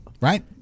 right